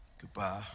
goodbye